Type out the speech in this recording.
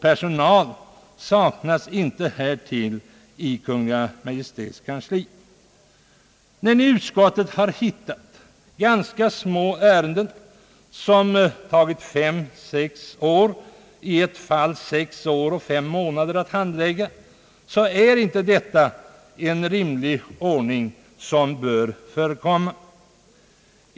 Personal härtill saknas inte i Kungl. Maj:ts kansli. Utskottet har funnit ganska små ärenden som tagit fem, sex år, i ett fall sex år och fem månader att handlägga. En sådan ordning är inte rimlig och bör inte förekomma.